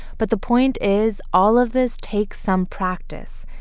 but the point is, all of this takes some practice.